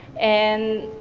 and